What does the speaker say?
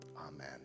Amen